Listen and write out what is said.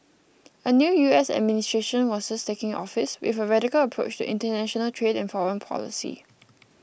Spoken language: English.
a new U S administration was just taking office with a radical approach to international trade and foreign policy